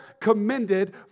commended